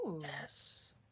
Yes